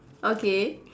okay